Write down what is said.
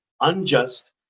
unjust